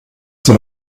soll